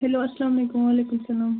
hello اسلامُ علیکم وعلیکُم اسَلام